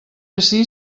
ací